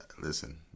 Listen